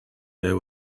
there